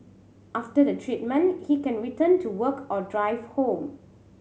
after the treatment he can return to work or drive home